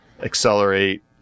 Accelerate